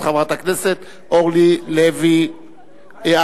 את חברת הכנסת אורלי לוי אבקסיס.